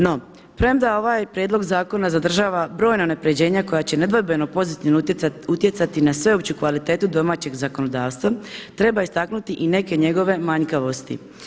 No, premda ovaj prijedlog zakona zadržava brojna unapređenja koja će nedvojbeno pozitivno utjecati na sveopću kvalitetu domaćeg zakonodavstva treba istaknuti i neke njegove manjkavosti.